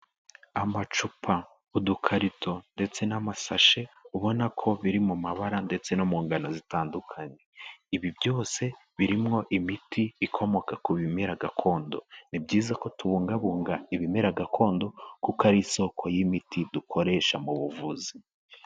Amacupa, udukarito ndetse n'amasashe, ubona ko biri mu mabara ndetse no mu ngano zitandukanye, ibi byose birimo imiti ikomoka ku bimera gakondo, ni byiza ko tubungabunga ibimera gakondo kuko ari isoko y'imiti dukoresha mu buvuzi.